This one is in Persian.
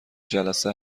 جلسه